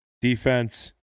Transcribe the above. Defense